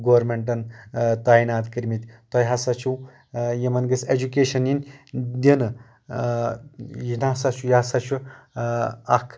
گورمیٚنٛٹن تایِنات کٔرمٕتۍ تۄہہِ ہسا چھُو یِمن گٔژھ ایٚجوکیٚشن یِنۍ دِنہٕ یہِ نہ ہسا چھُ یہِ ہسا چھُ اکھ